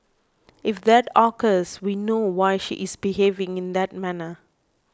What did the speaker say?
if that occurs we know why she is behaving in that manner